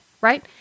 right